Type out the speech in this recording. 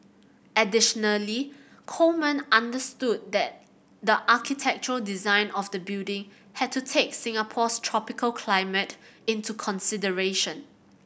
additionally Coleman understood that the architectural design of the building had to take Singapore's tropical climate into consideration